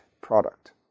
product